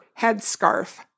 headscarf